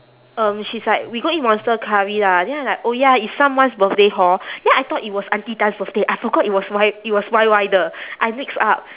um she's like we go eat monster curry lah then I'm like oh ya it's someone's birthday hor then I thought it was auntie tan's birthday I forgot it was it was Y_Y 的 I mix up